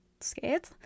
scared